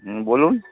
হুম বলুন